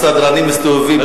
הסדרנים מסתובבים פה.